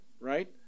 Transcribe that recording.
right